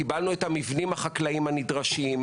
קיבלנו את המבנים החקלאיים הנדרשים,